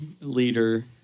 leader